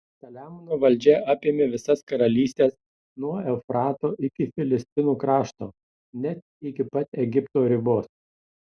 saliamono valdžia apėmė visas karalystes nuo eufrato iki filistinų krašto net iki pat egipto ribos